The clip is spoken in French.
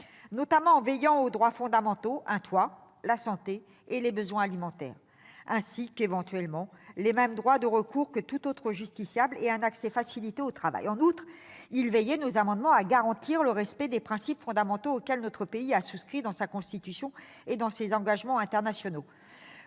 notamment aux droits fondamentaux : un toit, la santé, les besoins alimentaires ainsi que, éventuellement, les mêmes droits de recours que pour tout justiciable et un accès facilité au travail ... En outre, ces amendements veillaient à garantir le respect des principes fondamentaux auxquels notre pays a souscrit dans sa Constitution et dans ses engagements internationaux,